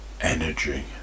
energy